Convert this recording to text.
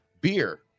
beer